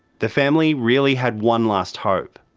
the family really had one last hope,